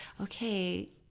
okay